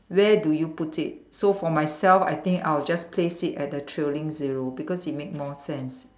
where do you put it so for myself I think I'll just place it at the thrilling zero